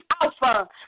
Alpha